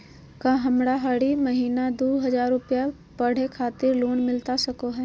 का हमरा हरी महीना दू हज़ार रुपया पढ़े खातिर लोन मिलता सको है?